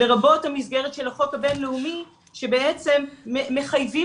לרבות המסגרת של החוק הבין-לאומי שבעצם מחייבים